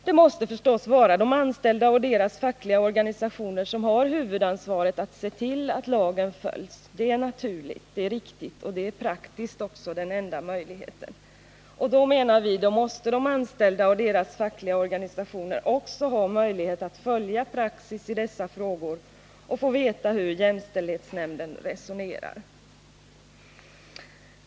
Det måste förstås vara de anställda och deras fackliga organisationer som har huvudansvaret att se till att lagen följs. Det är naturligt, riktigt och praktiskt den enda möjligheten. Då måste de anställda och deras fackliga organisationer också ha möjlighet att följa praxis i dessa frågor och få veta hur jämställdhetsnämnden resonerar.